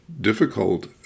difficult